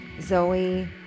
Zoe